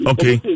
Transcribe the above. Okay